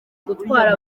gutwara